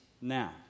now